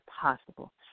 possible